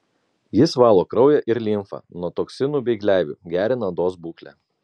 jis valo kraują ir limfą nuo toksinų bei gleivių gerina odos būklę